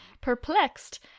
perplexed